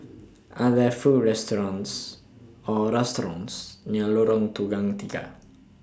Are There Food restaurants Or restaurants near Lorong Tukang Tiga